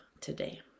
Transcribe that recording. today